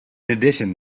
addition